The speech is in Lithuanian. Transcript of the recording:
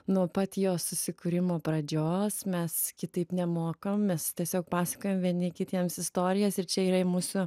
nuo pat jos susikūrimo pradžios mes kitaip nemokam mes tiesiog pasakojam vieni kitiems istorijas ir čia yra į mūsų